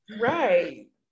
Right